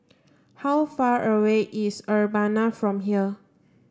how far away is Urbana from here